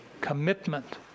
Commitment